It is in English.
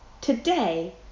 Today